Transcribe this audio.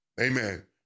amen